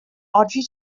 audrey